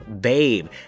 Babe